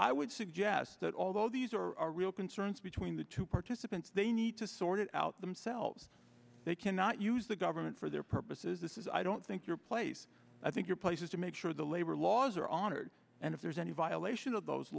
i would suggest that although these are real concerns between the two participants they need to sort it out themselves they cannot use the government for their purposes this is i don't think your place i think your place is to make sure the labor laws and if there's any violation of those